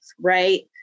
Right